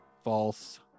False